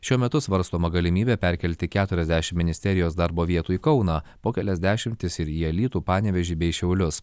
šiuo metu svarstoma galimybė perkelti keturiasdešimt ministerijos darbo vietų į kauną o kelias dešimtis ir į alytų panevėžį bei šiaulius